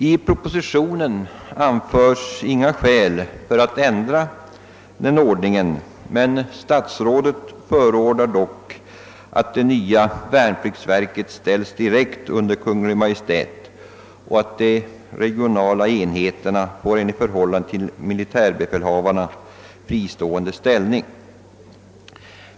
I propositionen anföres inga skäl för ändring av denna ordning, men statsrådet förordar dock, att det nya värnpliktsverket direkt underställs Kungl. Maj:t och att de regionala enheterna får en i förhållande till militärbefälhavarna fristående ställning.